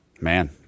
Man